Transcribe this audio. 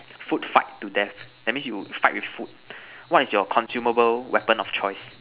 food fight to death that means you fight with food what is your consumable weapon of choice